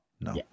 No